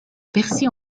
percy